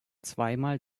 zweimal